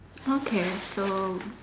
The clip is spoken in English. okay so